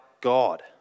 God